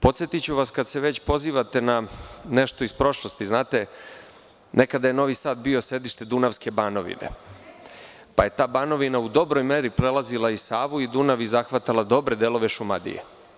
Podsetiću vas, kada se već pozivate na nešto iz prošlosti, nekada je Novi Sad bio sedište Dunavske banovine, pa je ta banovina u dobroj meri prelazila i Savu i Dunav i zahvatala dobre delove Šumadije.